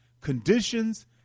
conditions